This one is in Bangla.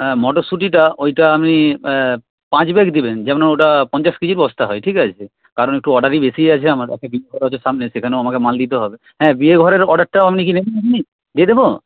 হ্যাঁ মটরশুঁটিটা ওইটা আমি পাঁচ ব্যাগ দেবেন যেন ওটা পঞ্চাশ কেজির বস্তা হয় ঠিক আছে কারণ একটু অর্ডারি বেশি আছে একটা বিয়েঘর আছে সামনে সেখানেও আমাকে মাল দিতে হবে হ্যাঁ বিয়ে ঘরের অর্ডারটাও কি আপনি নেবেন দিয়ে দেব